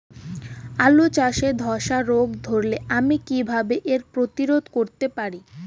আলু চাষে ধসা রোগ ধরলে আমি কীভাবে এর প্রতিরোধ করতে পারি?